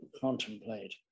contemplate